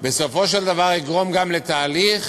בסופו של דבר יגרום גם לתהליך